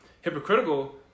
hypocritical